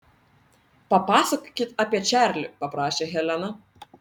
papasakokit apie čarlį paprašė helena